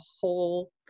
whole